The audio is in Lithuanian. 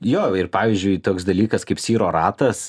jo ir pavyzdžiui toks dalykas kaip cyro ratas